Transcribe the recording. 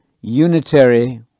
unitary